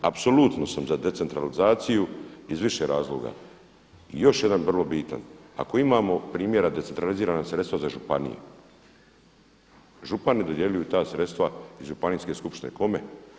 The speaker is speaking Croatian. Apsolutno sam za decentralizaciju iz više razloga i još jedan vrlo bitan, ako imamo primjera decentraliziranih sredstava za županije, župani dodjeljuju ta sredstva i županijske skupštine, kome?